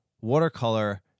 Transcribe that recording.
watercolor